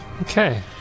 Okay